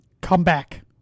comeback